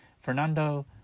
Fernando